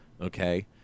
okay